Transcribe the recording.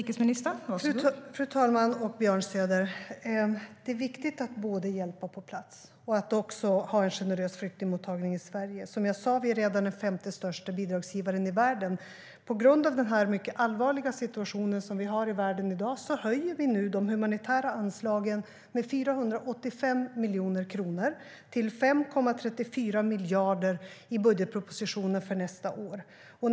Fru talman! Björn Söder! Det är viktigt att både hjälpa på plats och att ha en generös flyktingmottagning i Sverige. Som jag sa är vi redan den femte största bidragsgivaren i världen. På grund av den mycket allvarliga situationen i världen i dag höjer vi nu de humanitära anslagen med 485 miljoner kronor till 5,34 miljarder i budgetpropositionen för nästa år.